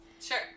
sure